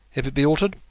if it be altered,